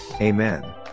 Amen